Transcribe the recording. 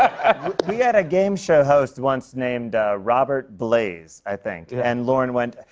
i mean yeah game-show host once named robert blaze, i think. and lorne went,